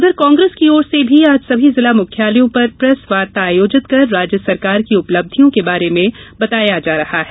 उधर कांग्रेस की ओर से भी आज सभी जिला मुख्यालयों पर प्रेस वार्ता आयोजित कर राज्य सरकार की उपलब्धियों के बारे में बताया जा रहा है